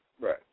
Right